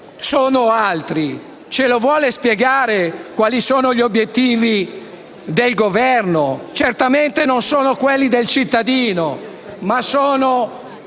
domando, allora, di spiegarci quali sono gli obiettivi del Governo. Certamente non sono quelli del cittadino, ma sono